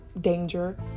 danger